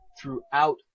throughout